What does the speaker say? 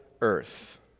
earth